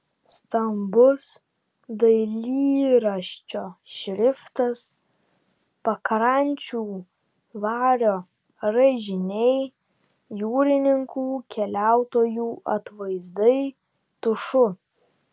stambus dailyraščio šriftas pakrančių vario raižiniai jūrininkų keliautojų atvaizdai tušu